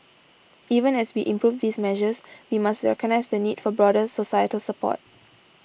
even as we improve these measures we must recognise the need for broader societal support